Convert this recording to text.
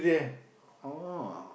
oh